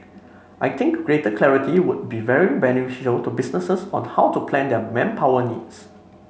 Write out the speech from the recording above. I think greater clarity would be very beneficial to businesses on how to plan their manpower needs